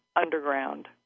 underground